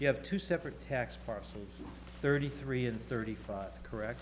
you have two separate tax parcels thirty three and thirty five correct